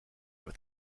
with